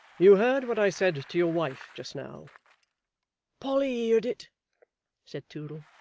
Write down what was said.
you heard what i said to your wife just now polly heerd it said toodle,